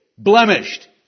blemished